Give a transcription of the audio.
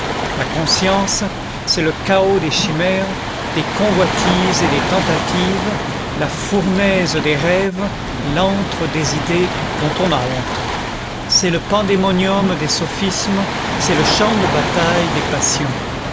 la conscience c'est le chaos des chimères des convoitises et des tentatives la fournaise des rêves l'antre des idées dont on a honte c'est le pandémonium des sophismes c'est le champ de bataille des passions